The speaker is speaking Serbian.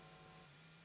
Hvala